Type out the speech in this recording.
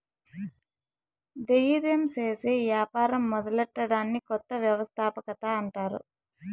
దయిర్యం సేసి యాపారం మొదలెట్టడాన్ని కొత్త వ్యవస్థాపకత అంటారు